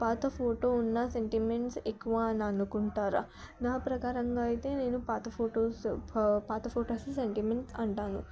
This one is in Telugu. పాత ఫోటో ఉన్న సెంటిమెంట్స్ ఎక్కువ అననుకుంటారా నా ప్రకారంగా అయితే నేను పాత ఫోటోస్ పాత ఫోటోస్ సెంటిమెంట్ అంటాను